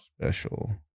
Special